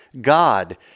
God